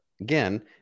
again